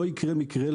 לא יקרה מקרה,